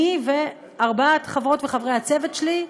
אני וארבעת חברות וחברי הצוות שלי,